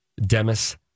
Demis